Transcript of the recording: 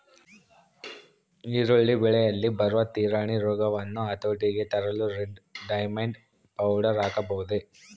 ಈರುಳ್ಳಿ ಬೆಳೆಯಲ್ಲಿ ಬರುವ ತಿರಣಿ ರೋಗವನ್ನು ಹತೋಟಿಗೆ ತರಲು ರೆಡ್ ಡೈಮಂಡ್ ಪೌಡರ್ ಹಾಕಬಹುದೇ?